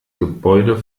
gebäude